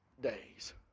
days